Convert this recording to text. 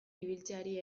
ibiltzeari